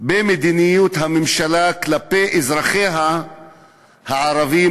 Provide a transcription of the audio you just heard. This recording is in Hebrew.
במדיניות הממשלה כלפי אזרחיה הערבים,